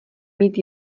mít